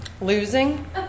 Losing